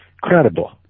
credible